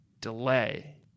delay